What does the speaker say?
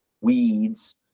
weeds